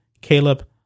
Caleb